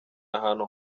ahantu